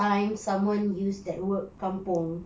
time someone used that word kampung